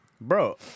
Bro